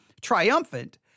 triumphant